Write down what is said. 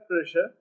pressure